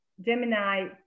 gemini